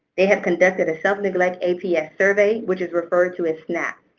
they have conducted a self-neglect aps survey, which is referred to as snap.